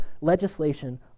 legislation